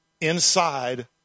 inside